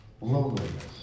loneliness